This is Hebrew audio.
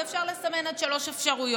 ואפשר לסמן עד שלוש אפשרויות: